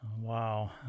Wow